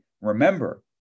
remember